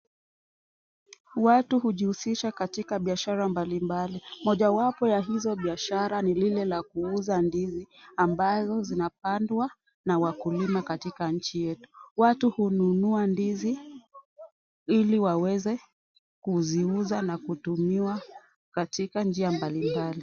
Watu hujihusisha katika biashara mbalimbali. Mojawapo la hizo biashara ni lile la kuuza ndizi ambazo zinapandwa na wakulima katika nchi yetu. Watu hununua ndizi ili waweze kuziuza na kutumiwa katika njia mbalimbali.